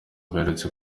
baherutse